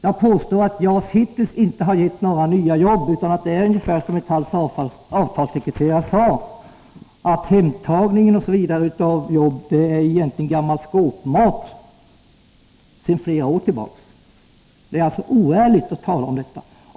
JAS har hittills inte gett några nya jobb, utan det är så som Metalls avtalssekreterare sade, att detta om hemtagning av jobb egentligen bara är gammal skåpmat. Det är alltså oärligt att tala om fler jobb.